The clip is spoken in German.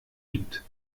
gibt